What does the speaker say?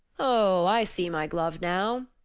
ho, i see my glove now,